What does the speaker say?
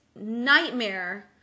nightmare